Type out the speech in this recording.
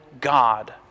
God